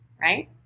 right